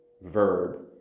verb